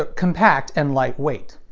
ah compact and lightweight.